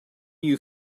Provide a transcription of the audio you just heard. you